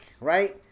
right